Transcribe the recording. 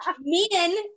men